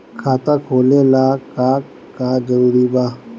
खाता खोले ला का का जरूरी बा?